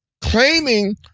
claiming